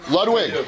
Ludwig